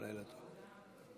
להלן תוצאות ההצבעה על סעיפים